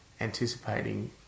anticipating